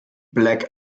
black